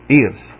ears